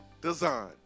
Design